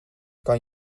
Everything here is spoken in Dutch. kan